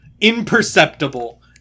imperceptible